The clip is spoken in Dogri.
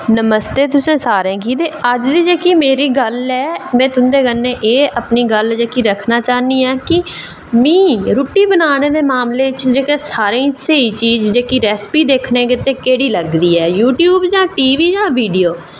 नमस्ते तुसें सारें गी ते अज्ज दी मेरी जेह्की गल्ल ऐ कि में तुं'दे कन्नै एह् अपनी गल्ल रक्खना चाह्न्नी आं कि मिगी रुट्टी बनाने दे मामले च सारें ई स्हेई चीज़ जेह्की रैसिपी दिक्खने आस्तै केह्ड़ी लगदी ऐ यूट्यूब जां टीवी जां वीडियो